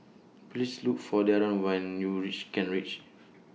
Please Look For Daron when YOU REACH Kent Ridge